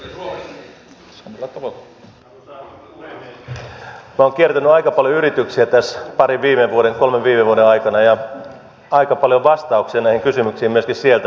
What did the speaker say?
minä olen kiertänyt aika paljon yrityksiä tässä parin kolmen viime vuoden aikana ja aika paljon vastauksia näihin kysymyksiin myöskin sieltä löytyy